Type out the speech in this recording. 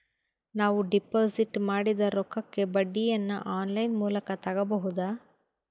ನಾವು ಡಿಪಾಜಿಟ್ ಮಾಡಿದ ರೊಕ್ಕಕ್ಕೆ ಬಡ್ಡಿಯನ್ನ ಆನ್ ಲೈನ್ ಮೂಲಕ ತಗಬಹುದಾ?